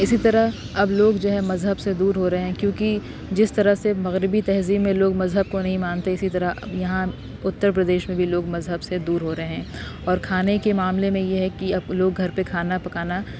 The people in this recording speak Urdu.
اسی طرح اب لوگ جو ہے مذہب سے دور ہورہے ہیں کیونکہ جس طرح سے مغربی تہذیب میں لوگ مذہب کو نہیں مانتے اسی طرح اب یہاں اتر پردیش میں بھی لوگ مذہب سے دور ہو رہے ہیں اور کھانے کے معاملے میں یہ ہے کہ اب لوگ گھر پہ کھانا پکانا